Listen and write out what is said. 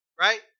right